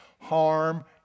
harm